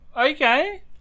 Okay